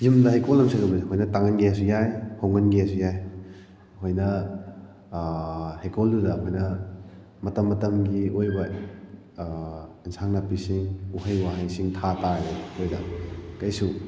ꯌꯨꯝꯗ ꯍꯩꯀꯣꯜ ꯑꯃ ꯁꯦꯝꯒꯠꯄꯁꯦ ꯑꯩꯈꯣꯏꯅ ꯇꯥꯡꯍꯟꯒꯦ ꯍꯥꯏꯔꯁꯨ ꯌꯥꯏ ꯍꯣꯡꯍꯟꯒꯦ ꯍꯥꯏꯔꯁꯨ ꯌꯥꯏ ꯑꯩꯈꯣꯏꯅ ꯍꯩꯀꯣꯜꯗꯨꯗ ꯑꯩꯈꯣꯏꯅ ꯃꯇꯝ ꯃꯇꯝꯒꯤ ꯑꯣꯏꯕ ꯑꯦꯟꯁꯥꯡ ꯅꯥꯄꯤꯁꯤꯡ ꯎꯍꯩ ꯋꯥꯍꯩꯁꯤꯡ ꯊꯥ ꯇꯥꯔꯒꯗꯤ ꯑꯩꯈꯣꯏꯗ ꯀꯔꯤꯁꯨ